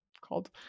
called